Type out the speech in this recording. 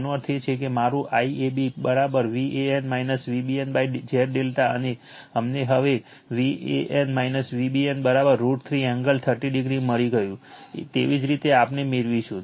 તેનો અર્થ એ છે કે મારું IAB Van VbnZ∆ અને અમને હવે Van Vbn √ 3 એંગલ 30o મળી ગયું તેવી જ રીતે આપણે મેળવીશું